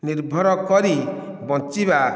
ନିର୍ଭର କରି ବଞ୍ଚିବା